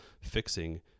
fixing